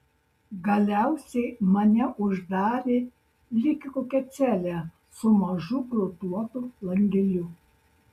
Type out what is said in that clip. galiausiai mane uždarė lyg į kokią celę su mažu grotuotu langeliu